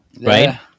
right